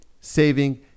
saving